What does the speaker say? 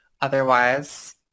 otherwise